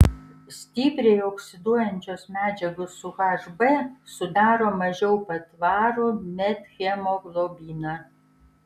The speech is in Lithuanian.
stipriai oksiduojančios medžiagos su hb sudaro mažiau patvarų methemoglobiną